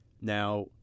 Now